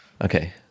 okay